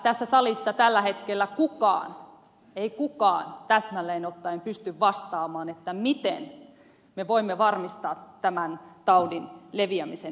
tässä salissa ei tällä hetkellä kukaan ei kukaan pysty täsmälleen ottaen vastaamaan miten me voimme varmistaa tämän taudin leviämisen ehkäisyn